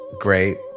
great